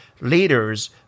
leaders